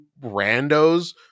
randos